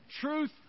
Truth